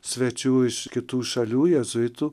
svečių iš kitų šalių jėzuitų